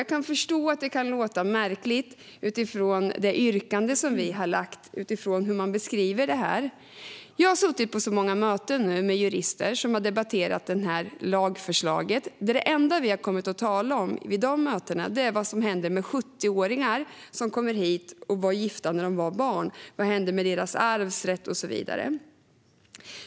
Jag kan förstå att detta kan låta märkligt utifrån vårt yrkande och utifrån hur man beskriver det här. Jag har suttit på många möten med jurister som har debatterat det här lagförslaget. Det enda vi har kommit att tala om vid de mötena är vad som händer med 70-åringar som kommer hit och var gifta när de var barn - vad som händer med deras arvsrätt och så vidare.